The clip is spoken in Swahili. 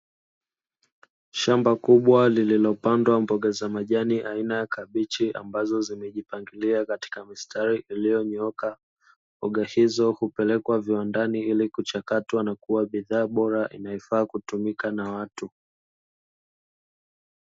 Shamba kubwa lililopandwa mboga za majani aina ya kabichi ambazo zimejipangilia katika mstari iliyonyooka, mboga hizo hupelekwa viwandani ili kuchakatwa na kuwa bidhaa bora inayofaa kutumika na watu.